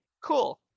cool